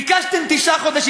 ביקשתם תשעה חודשים.